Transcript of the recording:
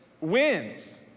wins